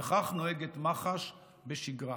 וכך נוהגת מח"ש בשגרה.